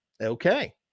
Okay